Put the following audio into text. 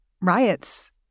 riots